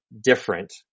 different